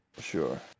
sure